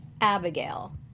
Abigail